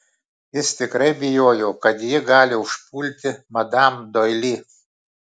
jis tikrai bijojo kad ji gali užpulti madam doili